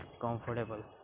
comfortable